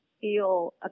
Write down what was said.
feel